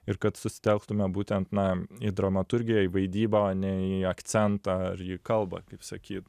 ir kad susitelktume būtent na į dramaturgiją į vaidybą o ne į akcentą ar į kalbą kaip sakyt